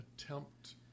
attempt